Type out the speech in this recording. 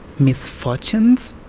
misfortunes.